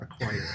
acquire